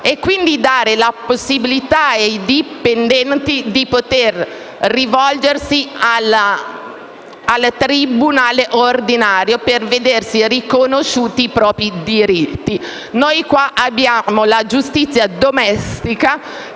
e quindi dare la possibilità ai dipendenti di potersi rivolgere al tribunale ordinario per vedersi riconosciuti i propri diritti. Noi qui abbiamo la giustizia domestica,